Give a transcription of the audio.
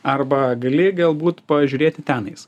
arba gali galbūt pažiūrėti tenais